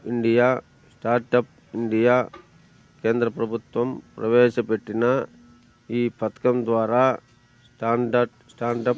India startup India కేంద్ర ప్రభుత్వం ప్రవేశపెట్టిన ఈ పథకం ద్వారా స్టార్టప్ స్టాండప్